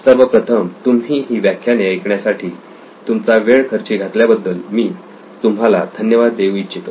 सर्वप्रथम तुम्ही ही व्याख्याने ऐकण्यासाठी तुमचा वेळ खर्ची घातल्याबद्दल मी तुम्हाला धन्यवाद देऊ इच्छितो